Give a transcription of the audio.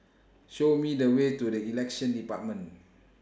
Show Me The Way to The Elections department